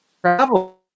travel